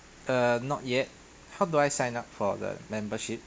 uh not yet how do I sign up for the membership